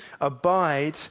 Abide